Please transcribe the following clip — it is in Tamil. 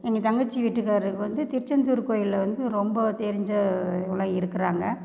எங்கள் தங்கச்சி வீட்டுக்காரருக்கு வந்து திருச்செந்தூர் கோயிலில் வந்து ரொம்ப தெரிஞ்ச இவங்களெலாம் இருக்கிறாங்க